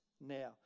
now